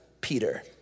Peter